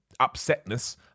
upsetness